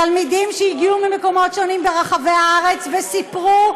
תלמידים שהגיעו ממקומות שונים ברחבי הארץ סיפרו,